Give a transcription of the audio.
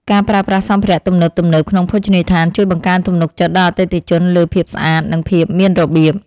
ការប្រើប្រាស់សម្ភារៈទំនើបៗក្នុងភោជនីយដ្ឋានជួយបង្កើនទំនុកចិត្តដល់អតិថិជនលើភាពស្អាត និងភាពមានរបៀប។